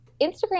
Instagram